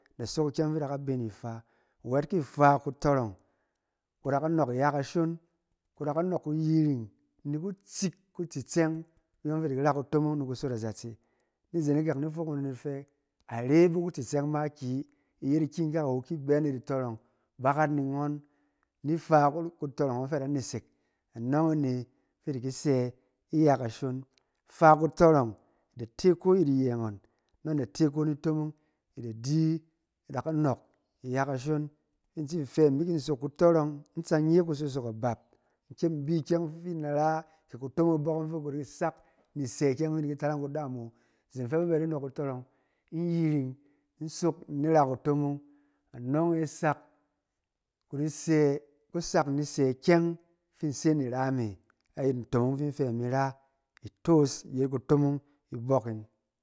Da sok ikyɛng fɛ i da ka bɛ ni ifa, wɛk ki ifa kutɔrɔng da ka nɔɔk iya kashon, i da ka nɔɔk kuyiring, ni kutsik kutsitsɛng, kuyɔng ɔng fi i di ki ra kutomong ni kusot azatse. Ni zen ikak ni fok banet fɛ are bi kutsitsɛng makiyi. I yet ikyɛng kak awo, ki i bɛ anet itɔrɔng bakat ni ngɔn ni ifa kuri kutɔrɔng ɔng fɛ a da nesek. Anɔng e ne, fi i di ki sɛ iya kashon. Fa kutɔrɔng, da te iko ayɛt iyɛ ngɔn, nɔng da te iko ni itomong, i da di, i da ka nɔɔk iya kashon. In tsin fɛ imi kin sot kutɔrɔng, in tsin nye kusot abap, in kyem in bi ikyɛng fin in da ra kɛ kutomong ibɔk ɔng fi ku di ki sak ni in sɛ ikyeng fin in di ki tarang kudaam ngɔn. Izen fɛ ba bɛ ba di nɔɔk kutɔrɔng, in yiring, in sok, in di ra kutomong. Anɔng e sak ku di sɛ- ku sak in di sɛ ikyɛng fin in se ni ra me, ayɛt ntomong fi in fɛ imi ra, itos yet kutomong ibɔk ‘in.